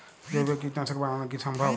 জৈব কীটনাশক বানানো কি সম্ভব?